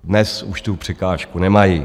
Dnes už tu překážku nemají.